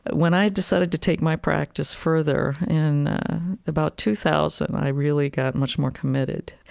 when i decided to take my practice further in about two thousand, i really got much more committed.